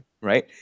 Right